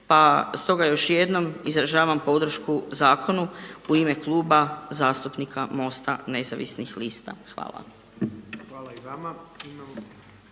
pa stoga još jednom izražavam podršku zakonu u ime Kluba zastupnika MOST-a nezavisnih lista. Hvala.